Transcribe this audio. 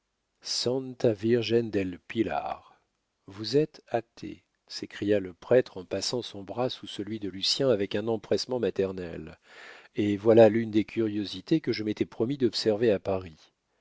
pilar vous êtes athée s'écria le prêtre en passant son bras sous celui de lucien avec un empressement maternel eh voilà l'une des curiosités que je m'étais promis d'observer à paris